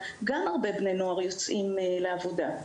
הרבה בני נוער יוצאים לעבודה.